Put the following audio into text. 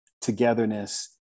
togetherness